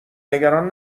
نگران